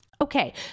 Okay